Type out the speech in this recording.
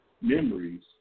memories